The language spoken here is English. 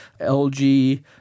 LG